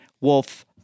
wolf